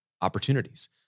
opportunities